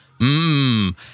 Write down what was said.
Mmm